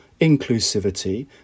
inclusivity